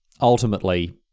ultimately